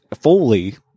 fully